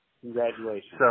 Congratulations